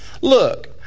Look